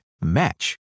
match